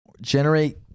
generate